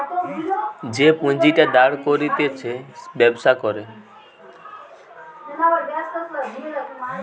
যে পুঁজিটা দাঁড় করতিছে ব্যবসা করে